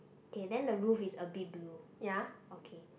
okay then the roof is a bit blue okay